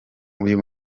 uyu